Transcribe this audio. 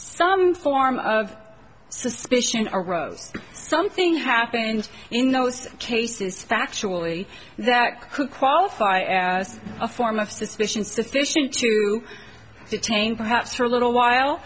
some form of suspicion arose something happened in those cases actually that could qualify as a form of suspicion sufficient to detain perhaps for a little while